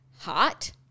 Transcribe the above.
hot